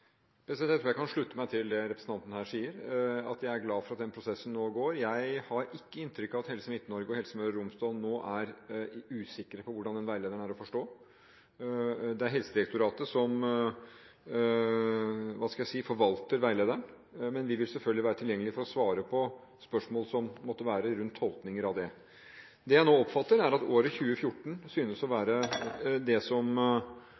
Jeg tror jeg kan slutte meg til det representanten Dahl her sier, at jeg er glad for at den prosessen nå går. Jeg har ikke inntrykk av at Helse Midt-Norge og Helse Møre og Romsdal nå er usikre på hvordan den veilederen er å forstå. Det er Helsedirektoratet som forvalter veilederen, men vi vil selvfølgelig være tilgjengelig for å svare på spørsmål som måtte være rundt tolkninger av den. Det jeg nå oppfatter, er at året 2014 synes å være det som